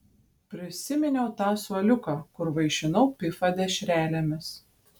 prisiminiau tą suoliuką kur vaišinau pifą dešrelėmis